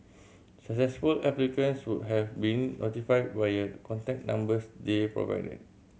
successful applicants would have been notified via contact numbers they provided